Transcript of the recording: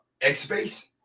X-Space